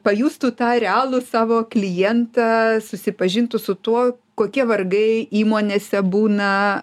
pajustų tą realų savo klientą susipažintų su tuo kokie vargai įmonėse būna